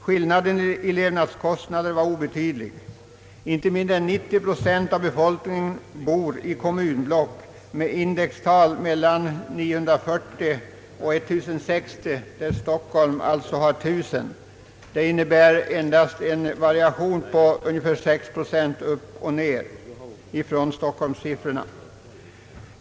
Skillnaden i levnadskostnader var obetydlig. Inte mindre än 90 procent av befolkningen bor i kommunblock med indextal mellan 940 och 1060 där Stockholm har 19000. Detta innebär endast en variation på ungefär 6 procent från stockholmssiffrorna.